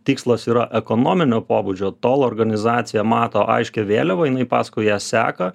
tikslas yra ekonominio pobūdžio tol organizacija mato aiškią vėliavą jinai paskui ją seka